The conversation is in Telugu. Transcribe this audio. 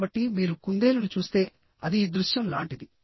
కాబట్టి మీరు కుందేలును చూస్తే అది ఈ దృశ్యం లాంటిది